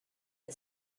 the